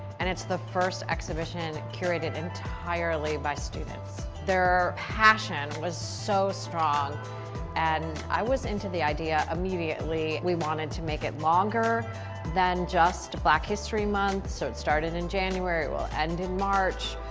and it's the first exhibition curated entirely by students. their passion was so strong and i was into the idea immediately. we wanted to make it longer than just black history month. so it started in january it will end in march.